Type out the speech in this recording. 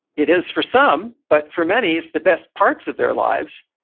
it is for some, but for many it's the best parts of their lives.